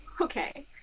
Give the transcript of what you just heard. Okay